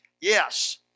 Yes